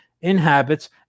inhabits